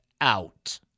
out